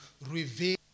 reveal